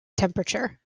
temperature